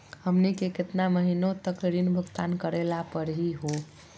हमनी के केतना महीनों तक ऋण भुगतान करेला परही हो?